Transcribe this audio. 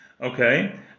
Okay